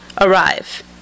arrive